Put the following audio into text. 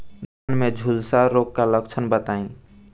धान में झुलसा रोग क लक्षण बताई?